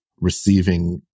receiving